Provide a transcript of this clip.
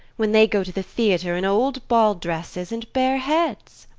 when they go to the theatre in old ball-dresses and bare heads.